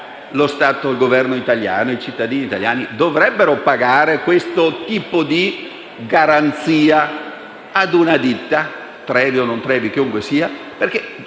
Grazie